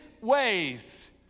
ways